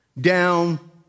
down